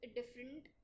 different